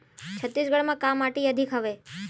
छत्तीसगढ़ म का माटी अधिक हवे?